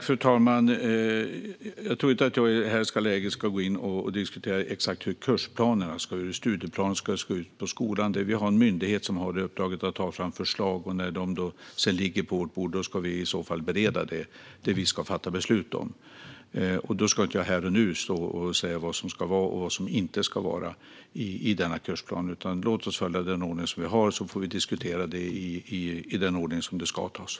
Fru talman! Jag tror inte att jag i detta läge ska gå in och diskutera exakt hur kursplanerna ska se ut i skolan. Vi har en myndighet som har i uppdrag att ta fram förslag, och när de sedan ligger på vårt bord ska vi bereda det vi ska fatta beslut om. Jag ska inte här och nu säga vad som ska vara med och inte vara med i denna kursplan. Låt oss följa den ordning vi har och diskutera det i den ordning det ska ske.